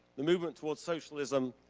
the movement towards socialism,